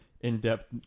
in-depth